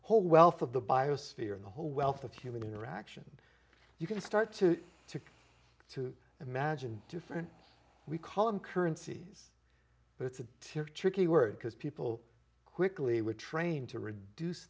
whole wealth of the biosphere and the whole wealth of human interaction you can start to to to imagine different we call them currencies but it's a tear tricky word because people quickly we're trained to reduce